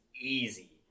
easy